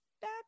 back